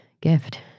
gift